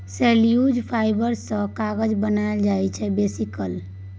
cellulose fibre सँ कागत बनाएल जाइ छै बेसीकाल